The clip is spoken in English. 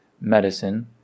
medicine